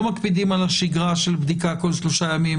מקפידים על השגרה של בדיקה כל 3 ימים.